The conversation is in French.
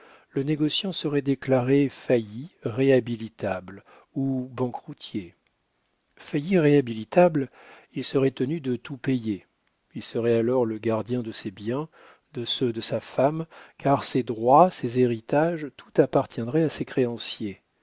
le négociant serait déclaré failli réhabilitable ou banqueroutier failli réhabilitable il serait tenu de tout payer il serait alors le gardien de ses biens de ceux de sa femme car ses droits ses héritages tout appartiendrait à ses créanciers